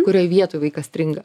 kurioj vietoj vaikas stringa